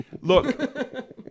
Look